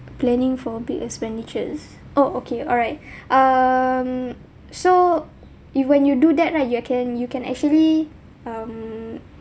planning for big expenditures oh okay alright um so if when you do that right you can you can actually um